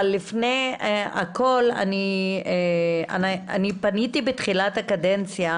לפני הכל, אני פניתי בתחילת הקדנציה